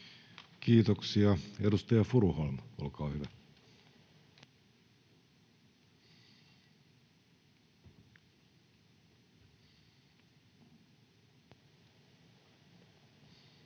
Kiitoksia. — Edustaja Furuholm, olkaa hyvä. Arvoisa